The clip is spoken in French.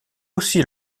aussi